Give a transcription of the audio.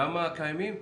גם הקיימים?